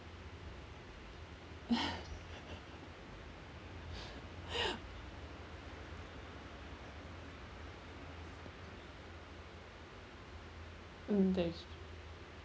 mm that is true